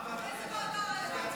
לאיזו ועדה רלוונטית.